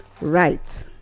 right